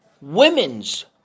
women's